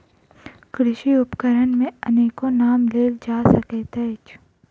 कृषि उपकरण मे अनेको नाम लेल जा सकैत अछि